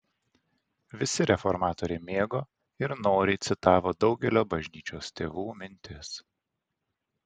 visi reformatoriai mėgo ir noriai citavo daugelio bažnyčios tėvų mintis